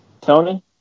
Tony